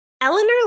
Eleanor